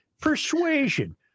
persuasion